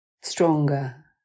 stronger